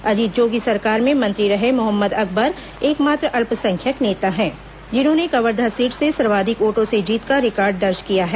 अजीत जोगी सरकार में मंत्री रहे मोहम्मद अकबर एकमात्र अल्पसंख्यक नेता हैं जिन्होंने कवर्धा सीट से सर्वाधिक वोटों से जीत का रिकॉर्ड दर्ज किया है